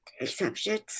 exceptions